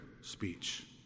speech